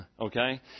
okay